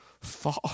far